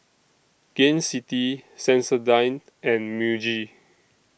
Gain City Sensodyne and Muji